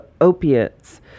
opiates